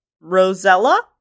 Rosella